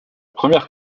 première